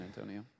Antonio